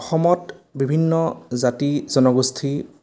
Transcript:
অসমত বিভিন্ন জাতি জনগোষ্ঠী